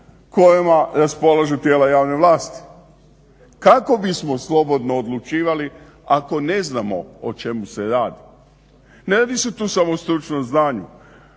kojima raspolažu tijela javne vlasti. Kako bismo slobodno odlučivali ako ne znamo o čemu se radi. Ne radi se tu samo o stručnom znanju,